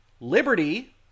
liberty